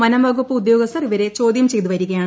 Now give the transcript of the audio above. വനംവകുപ്പ് ഉദ്യോഗസ്ഥർ ഇവരെ ചോദ്യം ചെയ്ത് വരികയാണ്